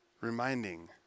Reminding